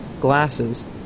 glasses